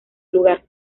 lugar